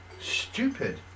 stupid